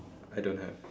I don't have